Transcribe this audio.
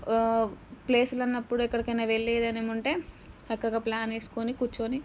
ప్లేసులన్నపుడు ఎక్కడికన్నా వెళ్ళేది ఏమైనా ఉంటే చక్కగా ప్ల్యాన్ వేసుకుని కూర్చుని